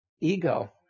Ego